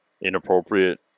inappropriate